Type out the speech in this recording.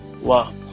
Wow